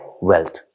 wealth